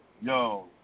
Yo